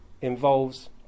involves